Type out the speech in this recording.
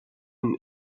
and